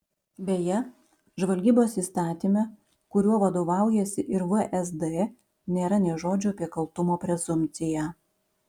beje žvalgybos įstatyme kuriuo vadovaujasi ir vsd nėra nė žodžio apie kaltumo prezumpciją